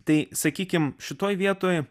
tai sakykime šitoje vietoj